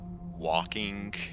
walking